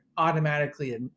automatically